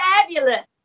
fabulous